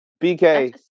BK